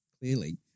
clearly